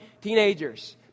Teenagers